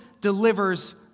delivers